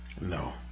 No